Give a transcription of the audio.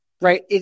right